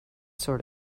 sort